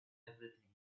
everything